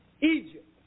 Egypt